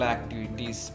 Activities